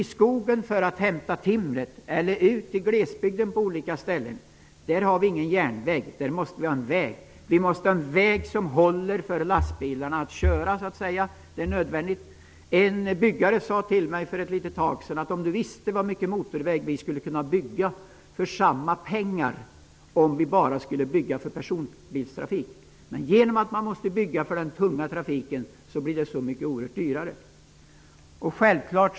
Vi kan inte använda järnvägen för att hämta timmer i skogen eller för andra sådana uppgifter ute i glesbygden. Där måste vi ha vägar som håller för lastbilarnas körning. En byggare sade för en tid sedan till mig: Om du visste hur mycket motorväg vi skulle kunna anlägga för samma pengar, om vi skulle bygga dem bara för personbilstrafik! Genom att man måste bygga för den tunga trafiken blir de oerhört mycket dyrare.